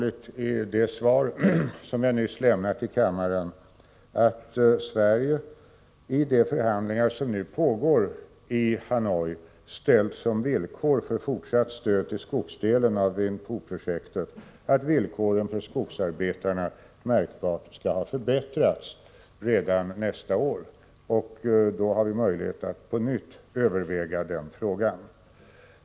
I det svar som jag nyss har lämnat i kammaren har jag framhållit att Sverige ide förhandlingar som nu pågår i Hanoi har ställt som villkor för fortsatt stöd till skogsdelen i Vinh Phu-projektet att förhållandena för skogsarbetarna märkbart skall ha förbättrats redan nästa år. Då har vi möjlighet att på nytt överväga denna fråga.